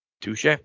Touche